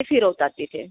फिरवतात तिथे